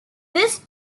this